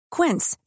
Quince